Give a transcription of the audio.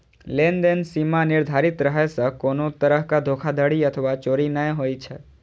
लेनदेन सीमा निर्धारित रहै सं कोनो तरहक धोखाधड़ी अथवा चोरी नै होइ छै